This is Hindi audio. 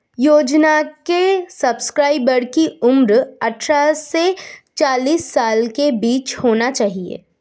योजना के सब्सक्राइबर की उम्र अट्ठारह से चालीस साल के बीच होनी चाहिए